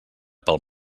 pel